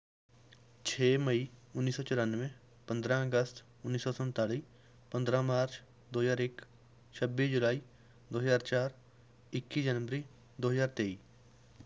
ਛੇ ਮਈ ਉੱਨੀ ਸੌ ਚੁਰਾਨਵੇਂ ਪੰਦਰਾਂ ਅਗਸਤ ਉੱਨੀ ਸੌ ਸੰਤਾਲ਼ੀ ਪੰਦਰਾਂ ਮਾਰਚ ਦੋ ਹਜ਼ਾਰ ਇੱਕ ਛੱਬੀ ਜੁਲਾਈ ਦੋ ਹਜ਼ਾਰ ਚਾਰ ਇੱਕੀ ਜਨਵਰੀ ਦੋ ਹਜ਼ਾਰ ਤੇਈ